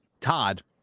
Todd